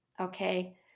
okay